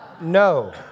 No